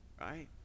Right